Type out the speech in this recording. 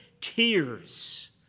tears